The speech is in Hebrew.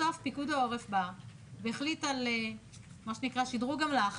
בסוף פיקוד העורף בא והחליט על שדרוג אמל"ח